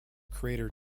crater